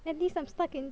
at least I'm stuck in